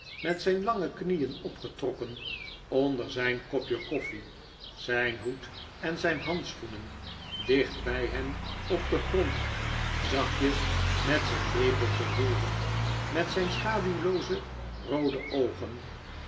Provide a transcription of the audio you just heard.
met zijn lange knieen opgetrokken onder zijn kopje koffie zijn hoed en zijn handschoenen dicht bij hem op den grond zachtjes met zijn lepeltje roerend met zijn schaduwlooze roode oogen